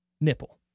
nipple